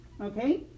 okay